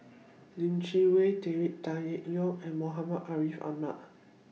Lim Chee Wai David Tan Yeok Seong and Muhammad Ariff Ahmad